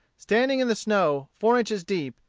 standing in the snow four inches deep,